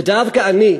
ודווקא אני,